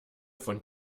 von